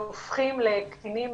הופכים לקטינים